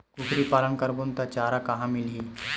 कुकरी पालन करबो त चारा कहां मिलही?